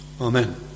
Amen